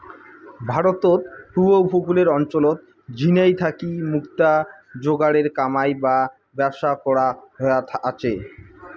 ভারতত পুব উপকূলের অঞ্চলত ঝিনাই থাকি মুক্তা যোগারের কামাই বা ব্যবসা করা হয়া আচে